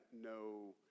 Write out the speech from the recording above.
no